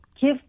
give